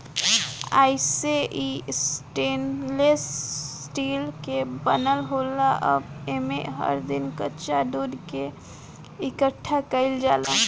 अइसे इ stainless steel के बनल होला आ एमे हर दिन कच्चा दूध के इकठ्ठा कईल जाला